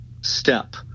step